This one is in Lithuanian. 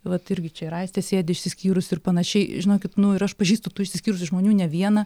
vat irgi čia ir aistė sėdi išsiskyrus ir panašiai žinokit nu ir aš pažįstu tų išsiskyrusių žmonių ne vieną